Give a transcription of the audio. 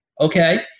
Okay